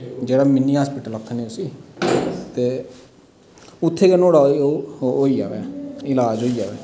जेह्डा मीनी हॉस्पिटल आखने उस्सी ते उत्थे गै नोह्डा ओह् होई आये इलाज होई आये